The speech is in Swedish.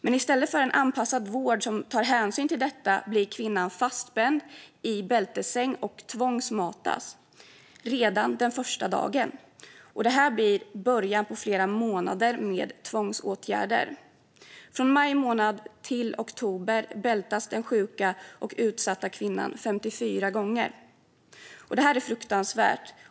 Men i stället för att få en anpassad vård som tar hänsyn till detta blir kvinnan fastspänd i bältessäng och tvångsmatad redan den första dagen. Det blir början på flera månader med tvångsåtgärder. Från maj till oktober bältas den sjuka och utsatta kvinnan 54 gånger. Detta är fruktansvärt.